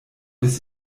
bis